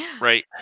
Right